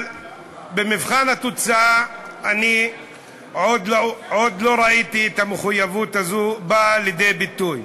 אבל במבחן התוצאה אני עוד לא ראיתי את המחויבות הזאת באה לידי ביטוי.